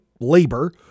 labor